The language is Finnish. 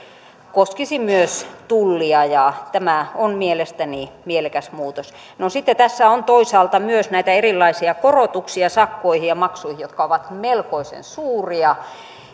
koskisi myös tullia tämä on mielestäni mielekäs muutos sitten tässä on toisaalta myös näitä erilaisia korotuksia sakkoihin ja maksuihin jotka ovat melkoisen suuria